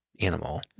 animal